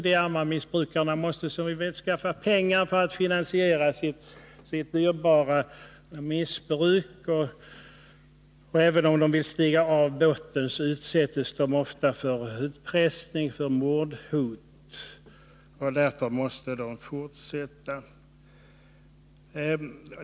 De arma missbrukarna måste, som vi vet, skaffa pengar för att kunna finansiera sitt dyrbara missbruk, och även om de vill stiga av båten utsätts de ofta för utpressning och mordhot. Därför måste de fortsätta.